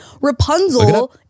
Rapunzel